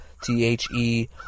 T-H-E